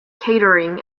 catering